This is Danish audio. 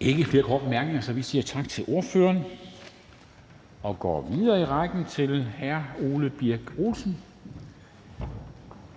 ikke flere korte bemærkninger. Så vi siger tak til ordføreren og går videre i rækken til hr. Ole Birk Olesen,